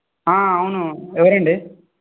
అవును ఎవరండి